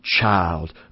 child